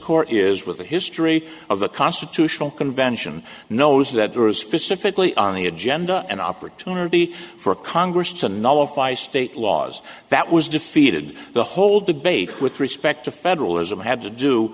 court is with the history of the constitutional convention knows that there is specifically on the agenda an opportunity for congress to nullify state laws that was defeated the whole debate with respect to federalism had to do